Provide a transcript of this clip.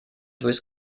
durchs